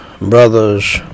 brothers